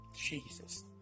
Jesus